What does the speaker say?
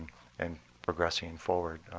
and progressing forward.